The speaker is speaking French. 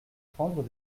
prendre